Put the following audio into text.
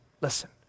Listen